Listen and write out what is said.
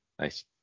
Nice